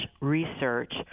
research